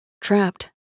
Trapped